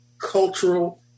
cultural